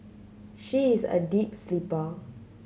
she is a deep sleeper